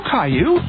Caillou